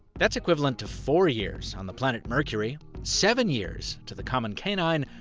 that's equivalent to four years on the planet mercury, seven years to the common canine,